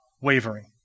wavering